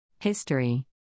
History